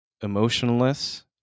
emotionless